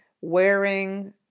wearing